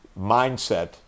mindset